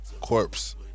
corpse